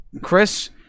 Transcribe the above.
Chris